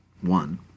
one